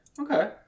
okay